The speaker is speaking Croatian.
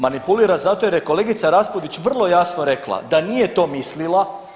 Manipulira zato jer je kolegica Raspudić vrlo jasno rekla da nije to mislila.